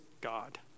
God